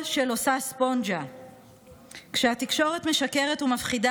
סיפורה המופלא של העברית התחיל לפני שלושת אלפים שנה.